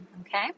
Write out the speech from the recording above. Okay